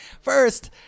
First